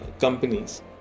companies